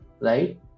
right